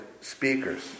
speakers